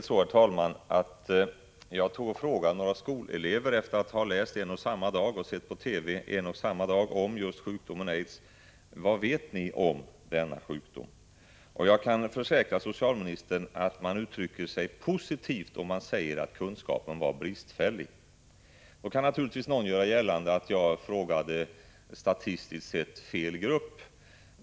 Samma dag som jag läst och hört om detta frågade jag några skolelever: Vad vet ni om denna sjukdom? Jag kan försäkra socialministern att jag uttrycker mig positivt om jag säger att kunskapen var bristfällig. Någon kan göra gällande att jag frågade statistiskt sett fel grupp.